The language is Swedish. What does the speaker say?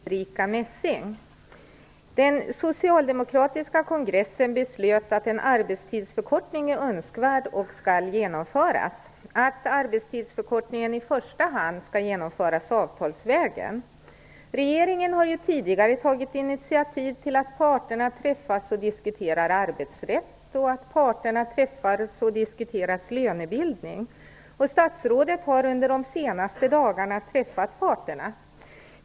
Fru talman! Min fråga vill jag ställa till statsrådet Den socialdemokratiska kongressen beslöt att en arbetstidsförkortning är önskvärd och skall genomföras och att arbetstidsförkortningen i första hand skall genomföras avtalsvägen. Regeringen har tidigare tagit initiativ till att parterna träffas och diskuterar arbetsrätt och att parterna träffas och diskuterar lönebildning. Statsrådet har under de senaste dagarna träffat parterna.